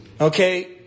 Okay